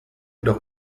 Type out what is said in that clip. doch